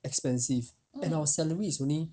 expensive and our salary is only